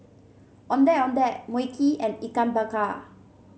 Ondeh Ondeh Mui Kee and Ikan Bakar